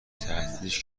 تهدیدش